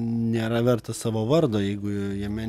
nėra vertas savo vardo jeigu jame